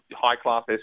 high-class